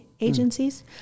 agencies